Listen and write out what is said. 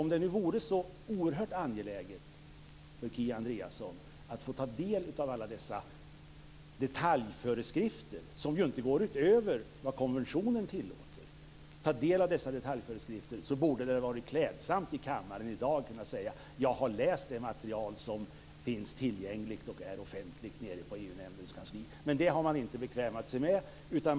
Om det nu vore så oerhört angeläget för Kia Andreasson att få ta del av alla dessa detaljföreskrifter, som ju inte går utöver vad konventionen tillåter, skulle det ha varit klädsamt om hon i dag i kammaren kunnat säga att hon läst det material som finns tillgängligt och är offentligt nere på EU-nämndens kansli. Men det har man inte bekvämat sig att göra.